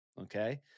Okay